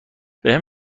بهم